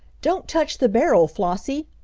don't touch the barrel, flossie!